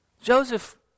Joseph